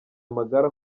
amagare